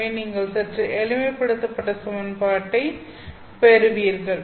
எனவே நீங்கள் சற்று எளிமைப்படுத்தப்பட்ட சமன்பாட்டைப் பெறுவீர்கள்